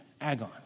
agon